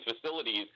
facilities